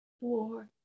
four